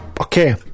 Okay